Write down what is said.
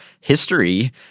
history